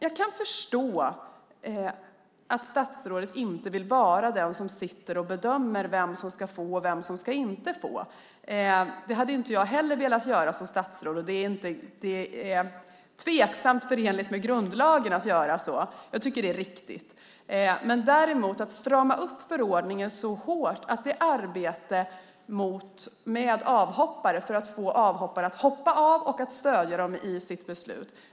Jag kan förstå att statsrådet inte vill vara den som sitter och bedömer vem som ska få och vem som inte ska få. Det hade inte jag heller velat göra som statsråd. Det är tveksamt om det är förenligt med grundlagen att göra så. Det är riktigt. Däremot kan man strama upp ordningen hårt för arbetet att få människor att hoppa av och stödja dem i sina beslut.